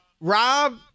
Rob